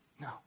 No